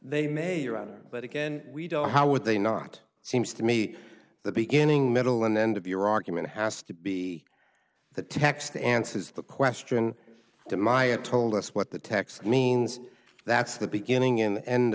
they may you're out but again we don't how would they not seems to me the beginning middle and end of your argument has to be the text to answer the question to maya told us what the text means that's the beginning and end